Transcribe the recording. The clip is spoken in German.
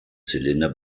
zylinder